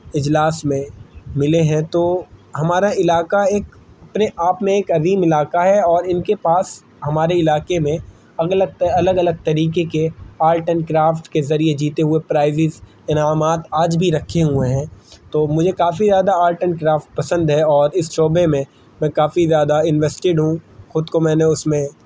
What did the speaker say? اجلاس میں ملے ہیں تو ہمارا علاقہ ایک اپنے آپ میں ایک عظیم علاقہ ہے اور ان کے پاس ہمارے علاقے میں الگ الگ طریقے کے آرٹ اینڈ کرافٹ کے ذریعے جیتے ہوئے پرائزز انعامات آج بھی رکھے ہوئے ہیں تو مجھے کافی زیادہ آرٹ اینڈ کرافٹ پسند ہے اور اس شعبے میں میں کافی زیادہ انوسٹیڈ ہوں خود کو میں نے اس میں